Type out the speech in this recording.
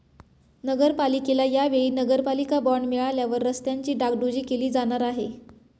नगरपालिकेला या वेळी नगरपालिका बॉंड मिळाल्यावर रस्त्यांची डागडुजी केली जाणार आहे